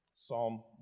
Psalm